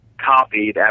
copied